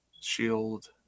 shield